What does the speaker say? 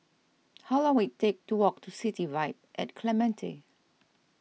how long will it take to walk to City Vibe at Clementi